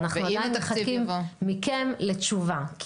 ואנחנו עדיין מחכים מכם לתשובה.